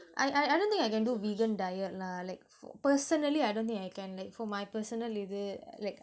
I I I don't think I can do vegan diet lah like for personally I don't think I can like for my personal living